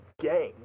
gang